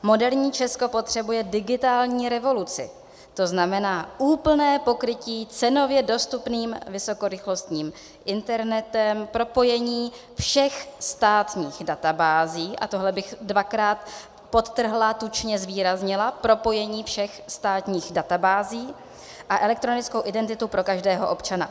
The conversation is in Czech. Moderní Česko potřebuje digitální revoluci, to znamená úplné pokrytí cenově dostupným vysokorychlostním internetem, propojení všech státních databází a tohle bych dvakrát podtrhla, tučně zvýraznila propojení všech státních databází a elektronickou identitu pro každého občana.